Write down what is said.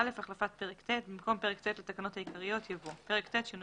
17א.החלפת פרק ט' במקום פרק ט' לתקנות העיקיות יבוא: "30.שינוי